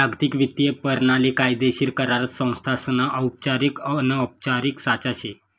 जागतिक वित्तीय परणाली कायदेशीर करार संस्थासना औपचारिक अनौपचारिक साचा शे